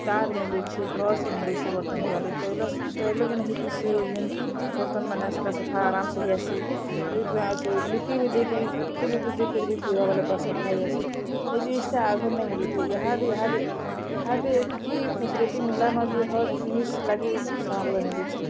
ତାର୍ ମିଲୁଛି ବ୍ରସ୍ ମିଲୁଛି ବର୍ତ୍ତନ୍ ଧୁଇବାର୍ଲାଗି ତୈଲ ତୈଲ ଯେନ୍ ହେଇଥିସି ଯେନ୍ ବର୍ତ୍ତନ୍ମାନେ ସେଟା ସଫା ଆରାମ୍ସେ ହେଇଯାଏସି ଯଦି ତୁମେ ଲିକୁଇଡ୍ ବି ଦେଇକରି ଟିକେ ଲିକୁଇଡ୍ ଦେଇକରି ବି ଧୁଇବ ବେଲେ ପୁରା ସଫା ହେଇଯାଏସି ହେଇ ଜିନିଷ୍ଟା ଆଗରୁ ନାଇଁ ମିଲୁଥେଇ ଇହାଦେ ଇହାଦେ ଇହାଦେ ଏତ୍କି ଫେସିଲିଟି ମିଲ୍ଲାନ ଯେ ହର୍ ଜିନିଷ୍ ଲାଗି ସାମାନ୍ ପତର୍ ମିଲୁଛେ